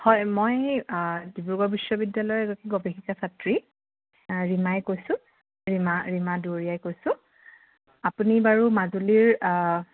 হয় মই ডিব্ৰুগড় বিশ্ববিদ্যালয় গৱেষিকা ছাত্ৰী ৰিমাই কৈছোঁ ৰিমা ৰীমা দুৱৰীয়াই কৈছোঁ আপুনি বাৰু মাজুলীৰ